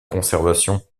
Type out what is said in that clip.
conservation